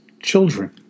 Children